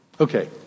Okay